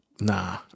Nah